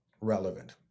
relevant